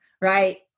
right